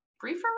briefer